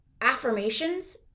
affirmations